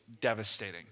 devastating